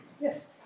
Yes